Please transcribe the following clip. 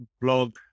blog